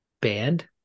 band